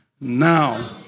Now